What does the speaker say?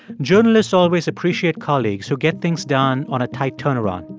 journalists always appreciate colleagues who get things done on a tight turnaround.